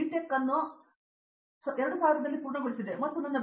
tech ಅನ್ನು 2000 ರಲ್ಲಿ ಪೂರ್ಣಗೊಳಿಸಿದೆ ಮತ್ತು ನಾನು ನನ್ನ ಬಿ